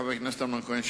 חבר הכנסת אמנון כהן,